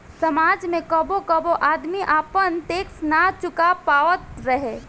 समाज में कबो कबो आदमी आपन टैक्स ना चूका पावत रहे